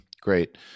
Great